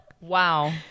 Wow